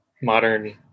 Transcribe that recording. modern